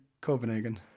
Copenhagen